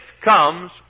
comes